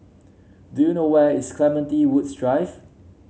do you know where is Clementi Woods Drive